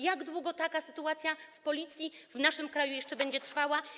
Jak długo taka sytuacja w Policji w naszym kraju jeszcze będzie trwała?